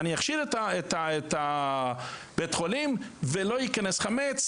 אני אכשיר את בית החולים ולא ייכנס חמץ.